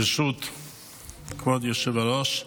ברשות כבוד היושב-ראש,